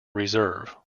reserve